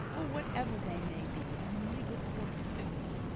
or whatever they may be, in legal court suits.